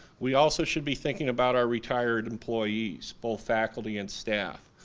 we also should be thinking about our retired employees, both faculty and staff.